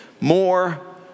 more